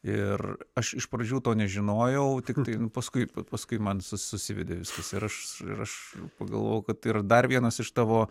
ir aš iš pradžių to nežinojau tiktai paskui paskui man su susivedė viskas ir aš ir aš pagalvojau kad ir dar vienas iš tavo